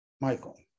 Michael